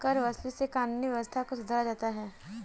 करवसूली से कानूनी व्यवस्था को सुधारा जाता है